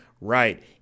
right